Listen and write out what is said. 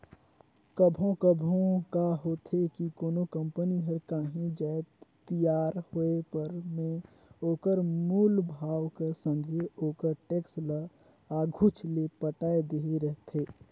कभों कभों का होथे कि कोनो कंपनी हर कांही जाएत तियार होय पर में ओकर मूल भाव कर संघे ओकर टेक्स ल आघुच ले पटाए देहे रहथे